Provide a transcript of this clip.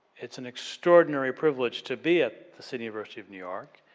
it's an extraordinary privilege to be at the city university of new york.